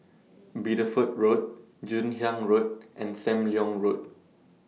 Bideford Road Joon Hiang Road and SAM Leong Road